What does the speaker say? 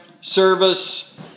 service